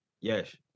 yes